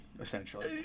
essentially